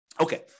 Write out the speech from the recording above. Okay